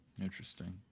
Interesting